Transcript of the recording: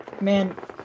man